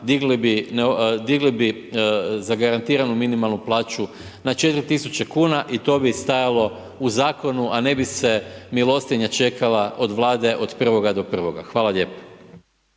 digli bi zagarantiranu minimalnu plaću na 4000 kuna i to bi stajalo u zakonu a ne bi se milostinja čekala od Vlade, od prvoga do prvoga. Hvala lijepo.